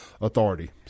Authority